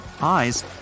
eyes